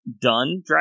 done